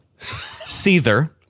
Seether